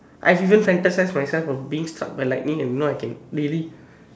I've even fantasized myself of being struck by lightning and you know I can really